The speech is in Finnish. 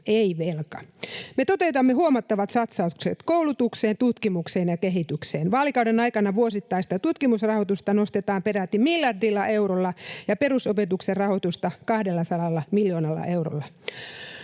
ei velka. Me toteutamme huomattavat satsaukset koulutukseen, tutkimukseen ja kehitykseen. Vaalikauden aikana vuosittaista tutkimusrahoitusta nostetaan peräti miljardilla eurolla ja perusopetuksen rahoitusta 200 miljoonalla eurolla.